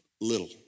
little